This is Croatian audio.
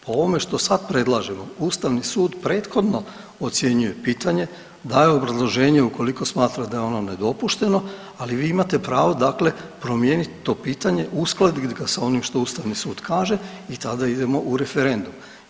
Po ovome što sad predlažemo, Ustavni sud prethodno ocjenjuje pitanje, daje obrazloženje, ukoliko smatra da je ono nedopušteno, ali vi imate pravo, dakle, promijeniti to pitanje, uskladiti ga s onim što Ustavni sud kaže i tada idemo u referendum.